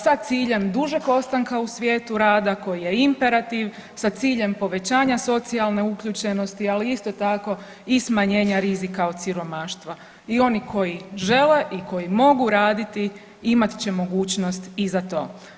Sa ciljem dužeg ostanka u svijetu rada koji je imperativ, sa ciljem povećanja socijalne uključenosti, ali isto tako i smanjenja rizika od siromaštva i oni koji žele i koji mogu raditi, imat će mogućnost i za to.